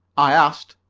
i asked,